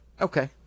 okay